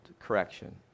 correction